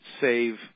save